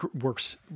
works